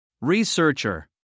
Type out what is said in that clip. Researcher